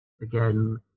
again